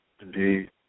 Indeed